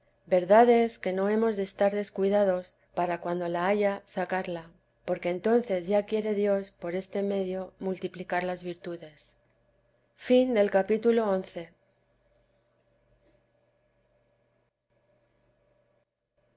es que no hemos de estar descuidados para cuando la haya sacarla porque entonces ya quiere dios por este medio multiplicar las virtudes capítulo